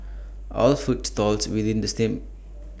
all food stalls within the same